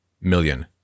million